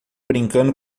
brincando